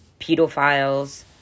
pedophiles